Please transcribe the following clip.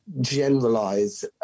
generalize